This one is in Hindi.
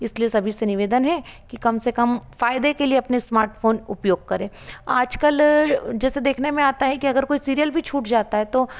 इसलिए सभी से निवेदन है कि कम से कम फायदे के लिए अपने स्मार्टफोन उपयोग करे आज कल जैसे देखने में आता है कि अगर कोई सीरियल भी छूट जाता है तो